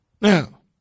Now